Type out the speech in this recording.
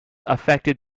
affected